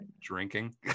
drinking